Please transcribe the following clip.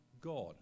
God